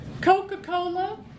Coca-Cola